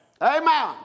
Amen